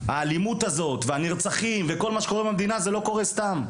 האלימות הזאת והנרצחים וכל מה שקורה במדינה זה לא קורה סתם.